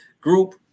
group